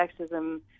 Sexism